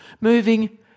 moving